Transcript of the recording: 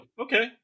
Okay